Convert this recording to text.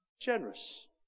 Generous